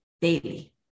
daily